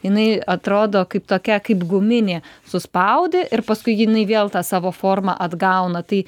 jinai atrodo kaip tokia kaip guminė suspaudi ir paskui jinai vėl tą savo formą atgauna tai